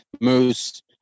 moose